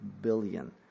billion